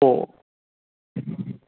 पोइ